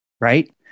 Right